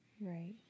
Right